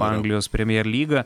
anglijos premjer lyga